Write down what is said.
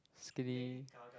skinny